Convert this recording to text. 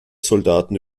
soldaten